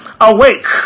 awake